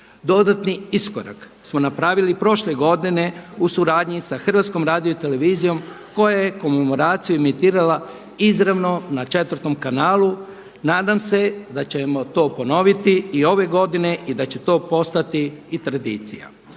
Dodatni iskorak smo napravili prošle godine u suradnji sa Hrvatskom radio televizijom koja je komemoraciju imitirala izravno na 4. kanalu. Nadam se da ćemo to ponoviti i ove godine i da će to postati i tradicija.